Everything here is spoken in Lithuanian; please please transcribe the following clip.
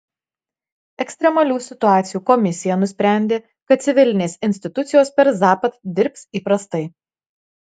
ekstremalių situacijų komisija nusprendė kad civilinės institucijos per zapad dirbs įprastai